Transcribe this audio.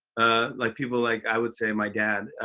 like people like i would say my dad.